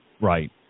Right